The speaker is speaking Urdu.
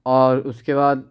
اور اس کے بعد